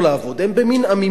הם במין עמימות כזאת.